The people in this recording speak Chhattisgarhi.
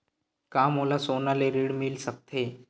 का मोला सोना ले ऋण मिल सकथे?